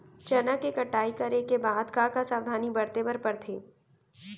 चना के कटाई करे के बाद का का सावधानी बरते बर परथे?